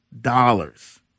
dollars